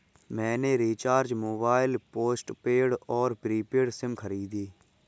मैंने recharge mobile postpaid और prepaid SIM खरीदे